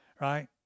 right